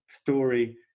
story